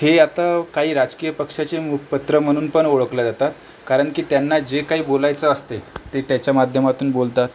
हे आता काही राजकीय पक्षाचे मुखपत्र म्हणून पण ओळखले जातात कारण की त्यांना जे काही बोलायचं असते ते त्याच्या माध्यमातून बोलतात